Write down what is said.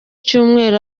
cyumweru